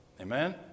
Amen